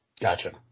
Gotcha